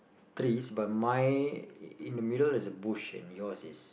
trees but mine in the middle is a bush and yours is